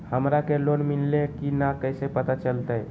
हमरा के लोन मिल्ले की न कैसे पता चलते?